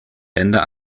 länder